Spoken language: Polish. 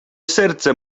serce